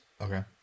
okay